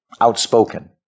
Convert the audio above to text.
outspoken